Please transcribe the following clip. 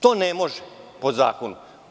To ne može po zakonu.